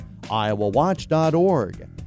iowawatch.org